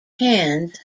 hands